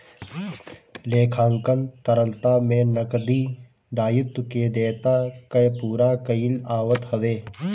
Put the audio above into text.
लेखांकन तरलता में नगदी दायित्व के देयता कअ पूरा कईल आवत हवे